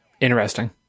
interesting